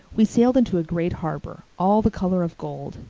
we sailed into a great harbor, all the color of gold,